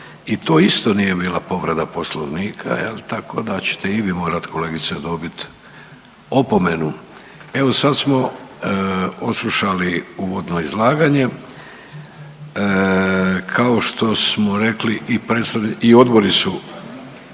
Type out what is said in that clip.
i to isto nije bila povreda Poslovnika jel, tako da ćete i vi morati kolegice dobit opomenu. Evo, sad smo odslušali uvodno izlaganje. Kao što smo rekli i odbori su